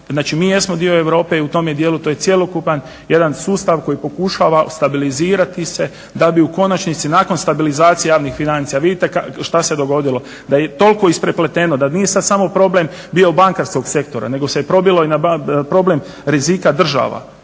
znači mi jesmo dio Europe i u tome dijelu to je cjelokupan jedan sustav koji pokušava stabilizirati se da bi u konačnici nakon stabilizacije javnih financija, vidite šta se dogodilo, da je toliko isprepleteno da nije sad samo problem bio bankarskog sektora nego se probilo i na problem rizika država.